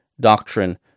doctrine